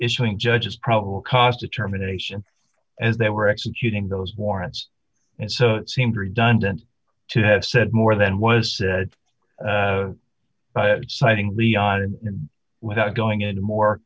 issuing judge's probable cause determination as they were executing those warrants and so it seemed redundant to have said more than was citing leon and without going into